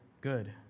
good